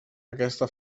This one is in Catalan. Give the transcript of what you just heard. aquesta